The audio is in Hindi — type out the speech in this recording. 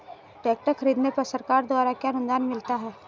ट्रैक्टर खरीदने पर सरकार द्वारा क्या अनुदान मिलता है?